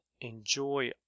enjoy